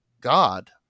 God